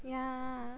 yeah